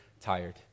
tired